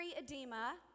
edema